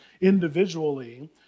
individually